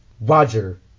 Roger